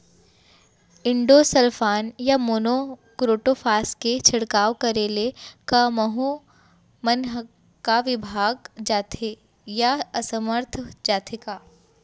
Endosulfan या monocrotophos के छिड़काव करे ले क माहो मन का विभाग जाथे या असमर्थ जाथे का?